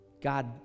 God